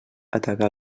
ataca